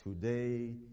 Today